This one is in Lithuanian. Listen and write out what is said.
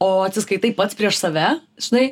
o atsiskaitai pats prieš save žinai